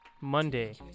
Monday